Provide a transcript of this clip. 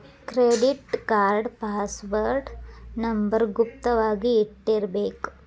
credit card password number ಗುಪ್ತ ವಾಗಿ ಇಟ್ಟಿರ್ಬೇಕ